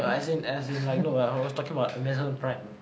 as in as in like no err I was talking about amazon prime